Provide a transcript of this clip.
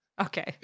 Okay